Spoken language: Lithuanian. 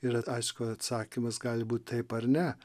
ir aišku atsakymas gali būt taip ar ne